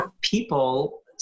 people